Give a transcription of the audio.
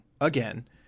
again